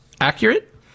accurate